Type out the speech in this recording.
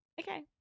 Okay